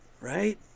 right